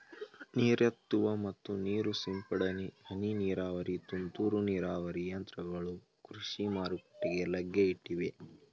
ನೀರೆತ್ತುವ ಮತ್ತು ನೀರು ಸಿಂಪಡನೆ, ಹನಿ ನೀರಾವರಿ, ತುಂತುರು ನೀರಾವರಿ ಯಂತ್ರಗಳು ಕೃಷಿ ಮಾರುಕಟ್ಟೆಗೆ ಲಗ್ಗೆ ಇಟ್ಟಿವೆ